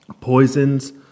Poisons